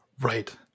Right